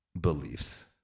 beliefs